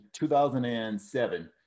2007